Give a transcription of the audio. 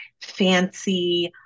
fancy